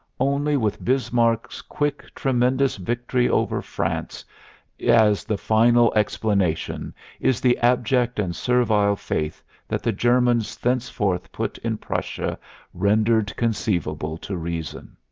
only with bismarck's quick, tremendous victory over france as the final explanation is the abject and servile faith that the germans thenceforth put in prussia rendered conceivable to reason.